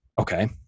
Okay